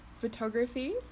photography